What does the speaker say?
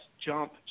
jump